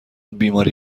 بیماری